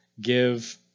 give